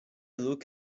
look